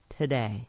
Today